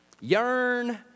Yearn